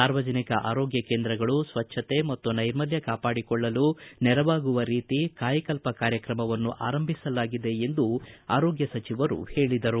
ಸಾರ್ವಜನಿಕ ಆರೋಗ್ಯ ಕೇಂದ್ರಗಳು ಸ್ವಚ್ಛತೆ ಮತ್ತು ನೈರ್ಮಲ್ಯ ಕಾಪಾಡಿಕೊಳ್ಳಲು ನೆರವಾಗುವ ರೀತಿ ಕಾಯಕಲ್ಪ ಕಾರ್ಯಕ್ರಮವನ್ನು ಆರಂಭಿಸಲಾಗಿದೆ ಎಂದು ಆರೋಗ್ಯ ಸಚಿವರು ಹೇಳಿದರು